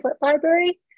library